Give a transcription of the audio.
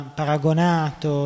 paragonato